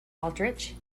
aldrich